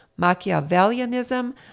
Machiavellianism